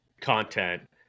content